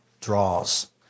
draws